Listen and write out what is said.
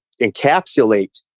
encapsulate